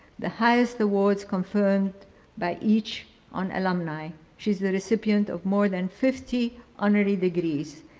the highest awards confirmed by each on alumni. she's the recipient of more than fifty honorary degrees,